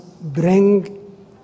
bring